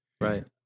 Right